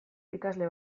ikasle